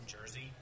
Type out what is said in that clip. jersey